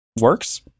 works